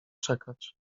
czekać